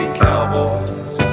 cowboys